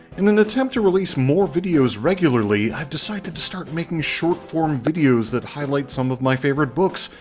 in an attempt to release more videos regularly, i've decided to start making short form videos that highlight some of my favorite books,